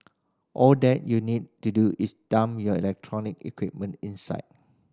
all that you need to do is dump your electronic equipment inside